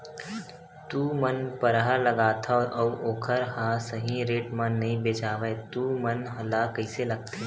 तू मन परहा लगाथव अउ ओखर हा सही रेट मा नई बेचवाए तू मन ला कइसे लगथे?